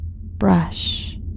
brush